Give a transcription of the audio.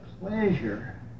pleasure